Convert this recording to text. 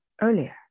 earlier